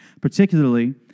Particularly